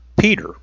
Peter